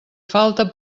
falta